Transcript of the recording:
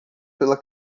pela